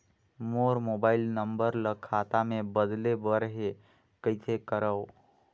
मोर mobile number ल खाता मे बदले बर हे कइसे करव?